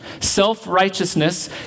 Self-righteousness